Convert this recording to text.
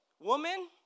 woman